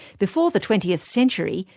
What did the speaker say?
before the twentieth century,